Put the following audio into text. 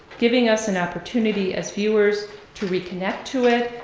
giving us an opportunity as viewers to reconnect to it,